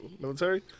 military